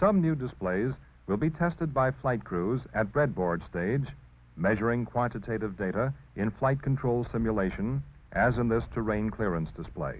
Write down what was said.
some new does plays will be tested by flight crews at breadboard stage measuring quantitative data in flight control simulation as in this terrain clearance display